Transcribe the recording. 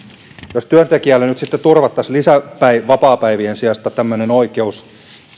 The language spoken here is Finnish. jos työntekijälle nyt sitten turvattaisiin vapaapäivien sijasta tämmöinen oikeus